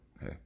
hey